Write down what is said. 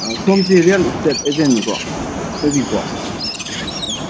ꯁꯣꯝꯁꯤ real estate ꯑꯦꯖꯦꯟꯅꯤꯀꯣ ꯑꯣꯏꯕꯤꯀꯣ ꯑꯣ